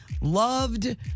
Loved